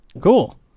cool